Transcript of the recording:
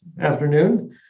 afternoon